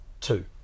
Two